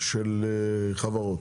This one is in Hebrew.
של חברות.